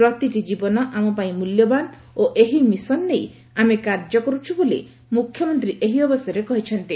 ପ୍ରତିଟି ଜୀବନ ଆମପାଇଁ ମିଲ୍ୟବାନ୍ ଓ ଏହି ମିଶନ୍ ନେଇ ଆମେ କାର୍ଯ୍ୟ କରୁଛୁ ବୋଲି ମୁଖ୍ୟମନ୍ତୀ ଏହି ଅବସରରେ କହିଛନ୍ତି